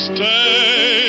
Stay